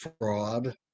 fraud